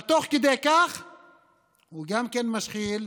אבל תוך כדי כך הוא גם כן משחיל,